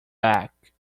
back